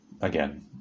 again